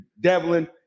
devlin